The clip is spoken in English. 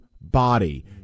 body